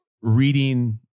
reading